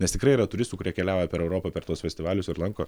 nes tikrai yra turistų kurie keliauja per europą per tuos festivalius ir lanko